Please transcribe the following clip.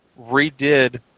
redid